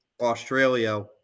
Australia